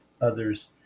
others